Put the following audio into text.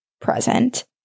present